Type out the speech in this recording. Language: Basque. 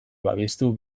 babestu